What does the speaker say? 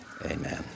Amen